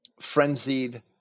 frenzied